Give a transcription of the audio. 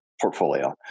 portfolio